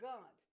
God